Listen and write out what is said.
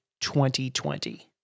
2020